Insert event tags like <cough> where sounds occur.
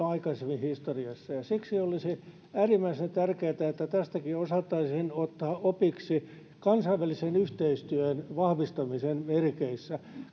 <unintelligible> aikaisemmin historiassa siksi olisi äärimmäisen tärkeätä että tästäkin osattaisiin ottaa opiksi kansainvälisen yhteistyön vahvistamisen merkeissä